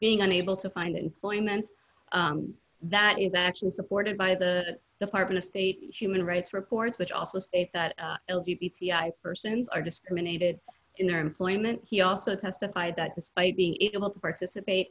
being unable to find employment that is actually supported by the department of state human rights reports which also state that e t i persons are discriminated in their employment he also testified that despite being able to participate